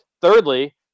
thirdly